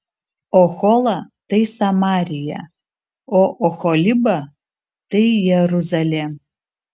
ohola tai samarija o oholiba tai jeruzalė